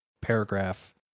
paragraph